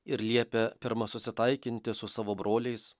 ir liepia pirma susitaikinti su savo broliais